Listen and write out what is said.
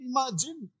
Imagine